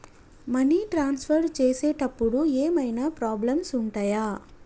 Money transfer చేసేటప్పుడు ఏమైనా problems ఉంటయా?